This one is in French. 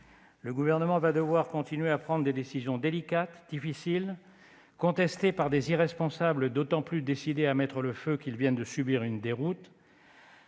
Le Gouvernement va devoir continuer à prendre des décisions délicates, difficiles, contestées par des irresponsables d'autant plus décidés à mettre le feu qu'ils viennent de subir une déroute.